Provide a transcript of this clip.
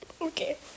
Okay